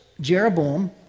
Jeroboam